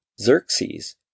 Xerxes